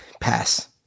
Pass